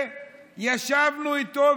ישבנו איתו,